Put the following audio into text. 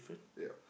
yeah